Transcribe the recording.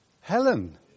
Helen